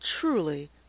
truly